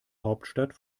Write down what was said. hauptstadt